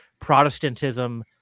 protestantism